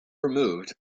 removed